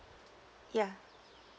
yeah